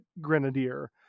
Grenadier